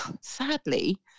sadly